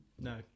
No